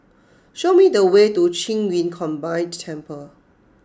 show me the way to Qing Yun Combined Temple